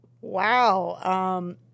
Wow